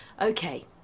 okay